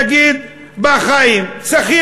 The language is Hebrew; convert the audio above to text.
נגיד, בא חיים,